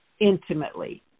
intimately